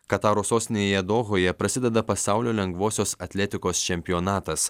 kataro sostinėje dohoje prasideda pasaulio lengvosios atletikos čempionatas